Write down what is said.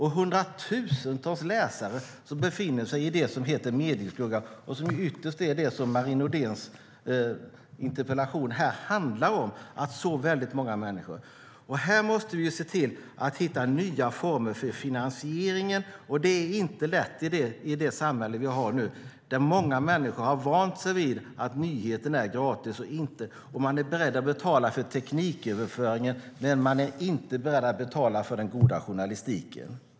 Hundratusentals läsare befinner sig i medieskugga och som ytterst är det som Marie Nordéns interpellation handlar om. Vi måste se till att finna nya former för finansieringen. Och det är inte lätt i det samhälle som vi har nu där många människor har vant sig vid att nyheterna är gratis. Man är beredd att betala för tekniköverföringen, men man är inte beredd att betala för den goda journalistiken.